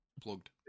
Plugged